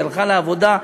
היא הלכה לעבודה.